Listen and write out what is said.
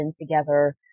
together